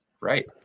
right